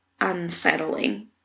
unsettling